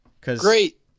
Great